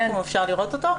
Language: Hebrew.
אפשר לראות אותו?